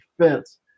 Defense